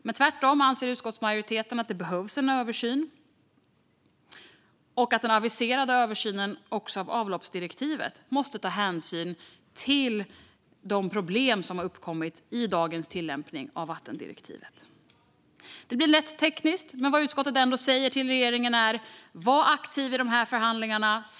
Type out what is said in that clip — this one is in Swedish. Utskottsmajoriteten anser tvärtom att det behövs en översyn och att den aviserade översynen av avloppsdirektivet måste ta hänsyn till de problem som uppkommit på grund av dagens tillämpning av vattendirektivet. Det blir lätt tekniskt, men vad utskottet säger till regeringen är: Var aktiv i de här förhandlingarna!